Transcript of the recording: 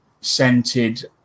Scented